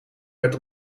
werd